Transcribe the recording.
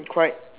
quite